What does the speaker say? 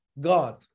God